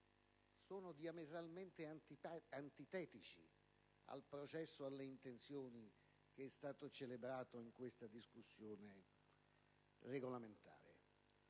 sono diametralmente antitetici al processo alle intenzioni celebrato in questa discussione regolamentare.